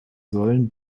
sollen